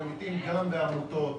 ממיתים גם בעמותות,